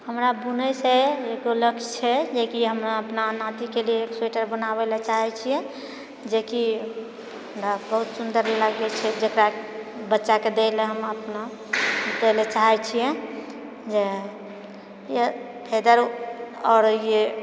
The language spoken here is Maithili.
हमरा बुनैसँ एको लक्ष्य छै जेकि हम अपना नातीके लिए एक स्वेटर बनाबैला चाहै छियै जे कि हमरा बहुत सुन्दर लागै छै जकरा बच्चा दैला हम अपना दैला चाहै छियै जे आओर ये